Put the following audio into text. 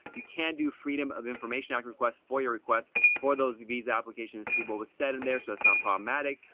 you can do freedom of information act requests for your request for those visa applications, to see what was said in there so it's not problematic.